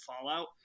Fallout